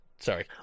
Sorry